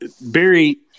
Barry